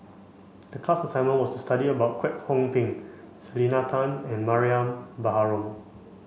the class assignment was to study about Kwek Hong Png Selena Tan and Mariam Baharom